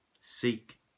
Seek